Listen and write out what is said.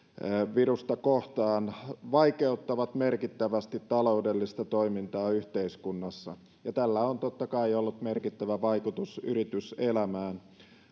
virusta kohtaan vaikeuttavat merkittävästi taloudellista toimintaa yhteiskunnassa ja tällä on totta kai ollut merkittävä vaikutus yrityselämään